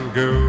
go